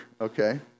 okay